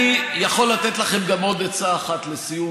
אני יכול לתת לכם גם עוד עצה אחת לסיום,